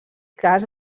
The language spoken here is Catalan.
cas